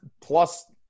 plus